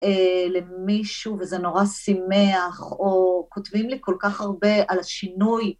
למישהו, וזה נורא שימח, או כותבים לי כל כך הרבה על השינוי.